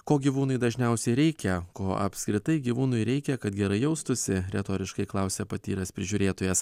ko gyvūnui dažniausiai reikia ko apskritai gyvūnui reikia kad gerai jaustųsi retoriškai klausia patyręs prižiūrėtojas